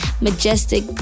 Majestic